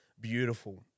beautiful